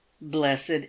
blessed